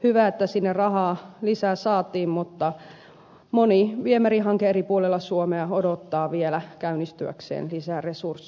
hyvä että sinne rahaa lisää saatiin mutta moni viemärihanke eri puolilla suomea odottaa vielä käynnistyäkseen lisää resursseja